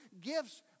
gifts